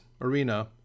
arena